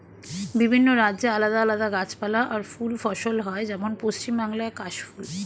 বিভিন্ন রাজ্যে আলাদা আলাদা গাছপালা আর ফুল ফসল হয়, যেমন পশ্চিম বাংলায় কাশ ফুল